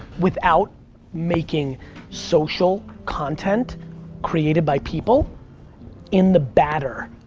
without making social content created by people in the batter.